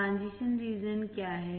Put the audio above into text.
transition region क्या है